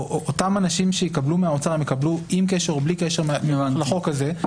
אותם אנשים שיקבלו מהאוצר יקבלו עם קשר או בלי קשר לחוק הזה,